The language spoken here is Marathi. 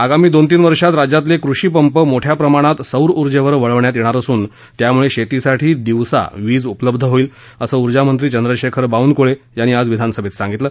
आगामी दोन तीन वर्षात राज्यातले कृषीपंप मोठ्या प्रमाणात सौर ऊर्जेवर वळवण्यात येणार असून त्यामुळे शेतीसाठी दिवसा वीज उपलब्ध होईल असं ऊर्जामंत्री चंद्रशेखर बावनकुळे यांनी आज विधानसभेत सांगितलं